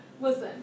Listen